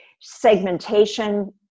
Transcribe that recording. segmentation